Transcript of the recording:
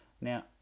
now